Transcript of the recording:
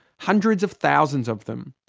hundreds of thousands of them.